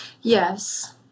Yes